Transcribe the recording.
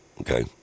okay